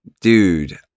dude